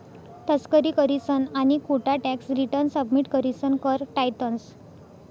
तस्करी करीसन आणि खोटा टॅक्स रिटर्न सबमिट करीसन कर टायतंस